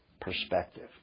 perspective